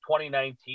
2019